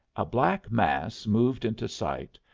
a black mass moved into sight,